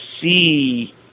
see